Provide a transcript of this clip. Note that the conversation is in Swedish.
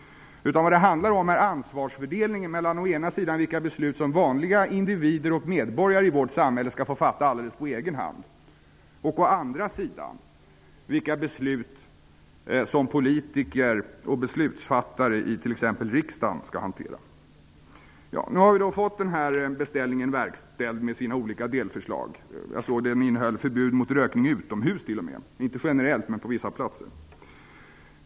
Vad det handlar om är ansvarsfördelningen mellan å ena sidan vilka beslut som vanliga individer och medborgare i vårt samhälle skall få fatta alldeles på egen hand och å andra sidan vilka beslut som politiker och beslutsfattare i t.ex. riksdagen skall hantera. Nu har vi fått beställningen med sina olika delförslag verkställd. Jag såg att den innehöll förbud mot rökning t.o.m. utomhus, inte generellt, men på vissa platser.